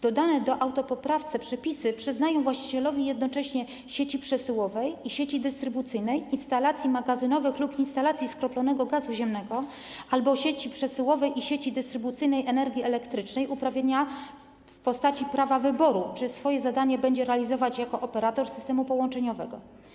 Dodane w autopoprawce przepisy przyznają właścicielowi jednocześnie sieci przesyłowej i sieci dystrybucyjnej, instalacji magazynowych lub instalacji skroplonego gazu ziemnego albo sieci przesyłowej i sieci dystrybucyjnej energii elektrycznej uprawnienia w postaci prawa wyboru, czy swoje zadanie będzie realizować jako operator systemu połączeniowego.